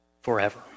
forever